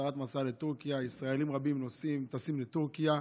ישראלים רבים טסים לטורקיה,